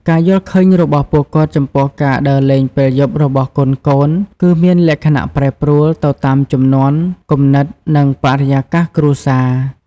ការយល់ឃើញរបស់ពួកគាត់ចំពោះការដើរលេងពេលយប់របស់កូនៗ គឺមានលក្ខណៈ ប្រែប្រួល ទៅតាមជំនាន់ គំនិត និងបរិយាកាសគ្រួសារ ។